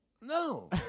No